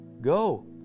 Go